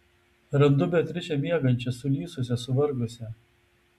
randu beatričę miegančią sulysusią suvargusią